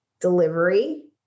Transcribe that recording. delivery